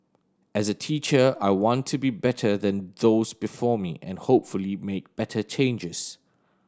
as a teacher I want to be better than those before me and hopefully make better changes